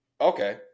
Okay